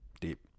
deep